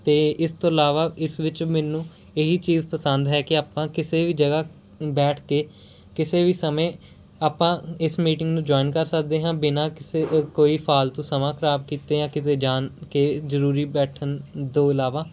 ਅਤੇ ਇਸ ਤੋਂ ਇਲਾਵਾ ਇਸ ਵਿੱਚ ਮੈਨੂੰ ਇਹ ਹੀ ਚੀਜ਼ ਪਸੰਦ ਹੈ ਕਿ ਆਪਾਂ ਕਿਸੇ ਵੀ ਜਗ੍ਹਾ ਬੈਠ ਕੇ ਕਿਸੇ ਵੀ ਸਮੇਂ ਆਪਾਂ ਇਸ ਮੀਟਿੰਗ ਨੂੰ ਜੁਆਇੰਨ ਕਰ ਸਕਦੇ ਹਾਂ ਬਿਨਾਂ ਕਿਸੇ ਅ ਕੋਈ ਫਾਲਤੂ ਸਮਾਂ ਖ਼ਰਾਬ ਕੀਤੇ ਜਾਂ ਕਿਸੇ ਜਾਣ ਕੇ ਜ਼ਰੂਰੂ ਬੈਠਣ ਤੋਂ ਇਲਾਵਾ